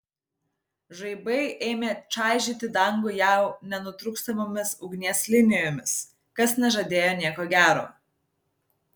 žaibai ėmė čaižyti dangų jau nenutrūkstamomis ugnies linijomis kas nežadėjo nieko gero